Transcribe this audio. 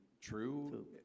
true